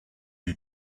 you